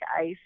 ice